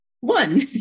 one